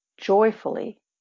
joyfully